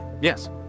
Yes